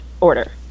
order